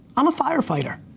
i'm a firefighter.